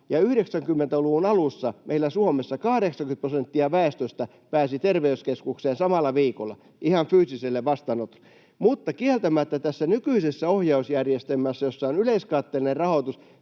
90-luvun alussa meillä Suomessa 80 prosenttia väestöstä pääsi terveyskeskukseen samalla viikolla, ihan fyysiselle vastaanotolle. Mutta kieltämättä tässä nykyisessä ohjausjärjestelmässä, jossa on yleiskatteellinen rahoitus,